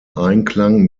einklang